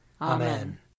Amen